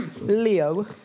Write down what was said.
Leo